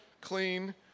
clean